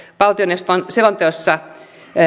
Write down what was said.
valtioneuvoston selonteossa